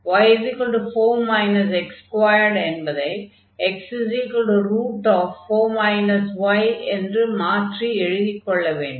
y 4 x2 என்பதை x 4 y என்று மாற்றி எழுதிக் கொள்ள வேண்டும்